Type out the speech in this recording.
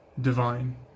divine